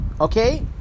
okay